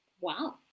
wow